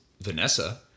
Vanessa